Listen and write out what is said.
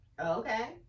okay